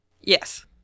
Yes